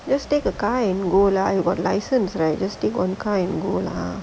let's take a car and go lah you got licence right you just stick on car and go lah